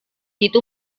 itu